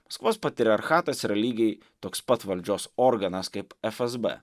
maskvos patriarchatas yra lygiai toks pat valdžios organas kaip fsb